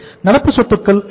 நடப்பு சொத்துக்கள் எவ்வளவு